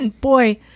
boy